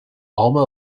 alma